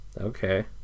Okay